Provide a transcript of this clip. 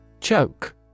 Choke